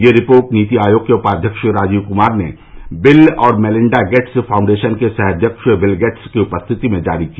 यह रिपोर्ट नीति आयोग के उपाध्यक्ष राजीव क्मार ने बिल और मेलिंडा गेट्स फाउंडेशन के सह अध्यक्ष बिल गेट्स की उपस्थिति में जारी की